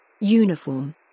Uniform